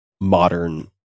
modern